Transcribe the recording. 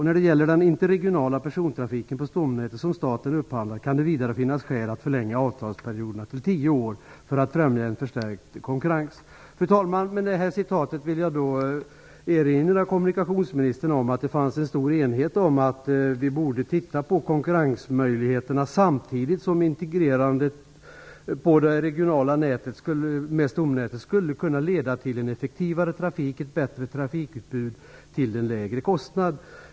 När det gäller den interregionala persontrafiken på stomnätet som staten upphandlar kan det vidare finnas skäl att förlänga avtalsperioderna till tio år för att främja en förstärkt konkurrens." Fru talman! Med detta citat vill jag erinra kommunikationsministern om att det fanns en stor enighet om att vi borde se på konkurrensmöjligheterna samtidigt som ett integrerande med stomnätet skulle kunna leda till en effektivare trafik och ett bättre trafikutbud till en lägre kostnad.